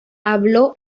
habló